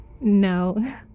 No